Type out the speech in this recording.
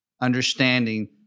understanding